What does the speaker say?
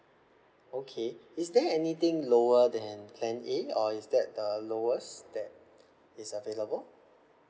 okay is there anything lower than plan A or is that the lowest that is available